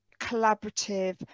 collaborative